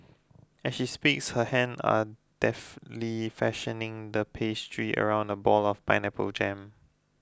as she speaks her hand are deftly fashioning the pastry around a ball of pineapple jam